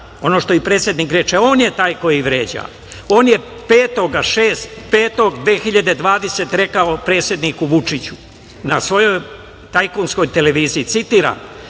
ono što i predsednik reče. On je taj koji vređa. On je 5. 5. 2020. godine rekao predsedniku Vučiću, na svojoj tajkunskoj televiziji, citiram: